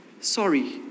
sorry